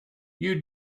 you